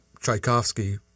Tchaikovsky